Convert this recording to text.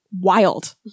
wild